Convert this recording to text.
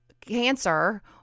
cancer